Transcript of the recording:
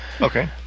Okay